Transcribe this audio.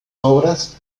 obras